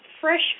fresh